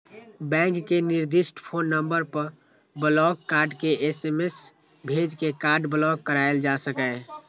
bank के निर्दिष्ट phone number पर ब्लॉक कार्ड के एस.एम.एस भेज के कार्ड ब्लॉक कराएल जा सकैए